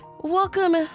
welcome